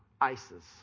ISIS